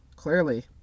clearly